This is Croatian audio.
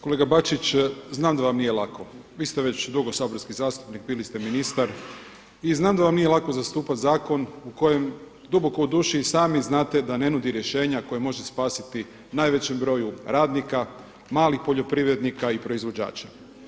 Kolega Bačić, znam da vam nije lako, vi ste već dugo saborski zastupnik, bili ste i ministar i znam da vam nije lako zastupati zakon u kojem duboko u duši i sami znate da ne nudi rješenja koje može spasiti najvećem broju radnika, malih poljoprivrednika i proizvođača.